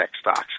stocks